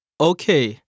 Okay